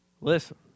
Listen